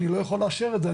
אני לא יכול לאשר את זה,